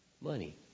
money